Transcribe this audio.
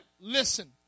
listen